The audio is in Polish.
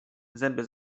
zęby